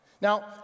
Now